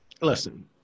listen